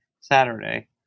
saturday